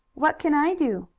what can i do?